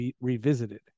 Revisited